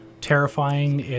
terrifying